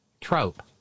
trope